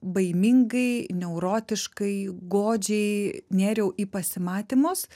baimingai neurotiškai godžiai nėriau į pasimatymus